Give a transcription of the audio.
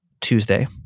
Tuesday